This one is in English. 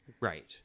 Right